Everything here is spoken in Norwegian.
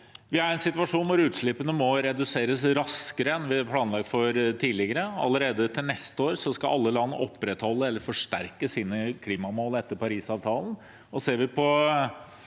Vi er i en situasjon hvor utslippene må reduseres raskere enn vi har planlagt for tidligere. Allerede til neste år skal alle land opprettholde eller forsterke sine klimamål etter Parisavtalen.